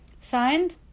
Signed